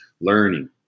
learning